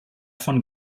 von